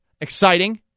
exciting